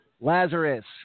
lazarus